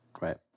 right